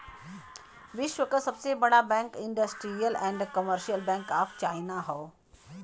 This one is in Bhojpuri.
विश्व क सबसे बड़ा bank industrial and commercial bank of China हौ